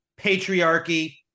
patriarchy